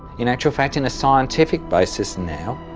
in actual fact in a scientific basis now,